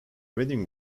wedding